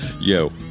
yo